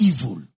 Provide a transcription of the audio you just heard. evil